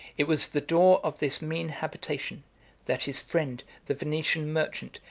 it was the door of this mean habitation that his friend, the venetian merchant,